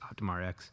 OptumRx